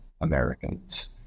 Americans